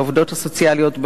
לעובדות הסוציאליות,